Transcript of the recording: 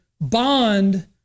bond